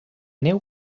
neu